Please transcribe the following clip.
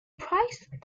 prized